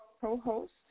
co-host